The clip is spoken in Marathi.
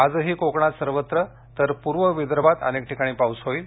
आजही कोकणात सर्वत्र तर पूर्व विदर्भात अनेक ठिकाणी पाऊस होईल